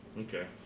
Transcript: Okay